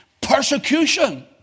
Persecution